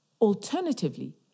Alternatively